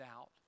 out